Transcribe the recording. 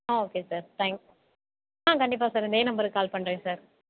ஆ okay sir thanks ஆ கண்டிப்பாக sir இதே நம்பருக்கு கால் பண்ணுறேன் சார்